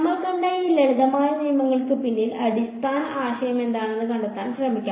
നമ്മൾ കണ്ട ഈ ലളിതമായ നിയമങ്ങൾക്ക് പിന്നിലെ അടിസ്ഥാന ആശയം എന്താണെന്ന് കണ്ടെത്താൻ ശ്രമിക്കാം